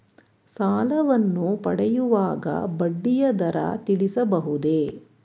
ಸಾಲವನ್ನು ಪಡೆಯುವಾಗ ಬಡ್ಡಿಯ ದರ ತಿಳಿಸಬಹುದೇ?